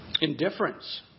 Indifference